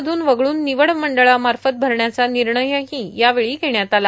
मधून वगळून निवड मंडळामार्फत भरण्याचा निर्णयही यावेळी घेण्यात आला